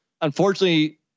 unfortunately